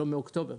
לא מאוקטובר.